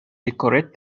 decorate